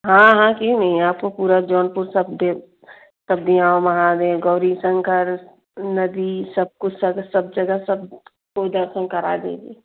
हाँ हाँ क्यों नहीं आपको पूरा जौनपुर सब देव तब दियाँ महादेव गौरीशंकर नदी सब कुछ सग सब जगह सब को दर्शन करा देंगे